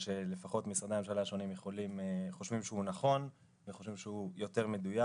שלפחות משרדי הממשלה השונים חושבים שהוא נכון וחושבים שהוא יותר מדויק.